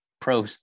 pro